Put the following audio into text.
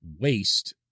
waste